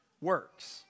works